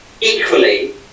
Equally